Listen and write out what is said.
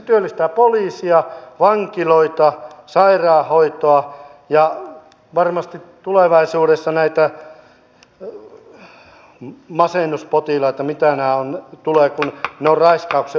ja toinen on kotoutus ja siinä tietenkin kielikoulutus tämän terveydenhuollon järjestämisen ja koulutuksen järjestämisen lisäksi